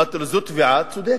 ואמרתי לו: זו תביעה צודקת,